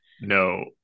No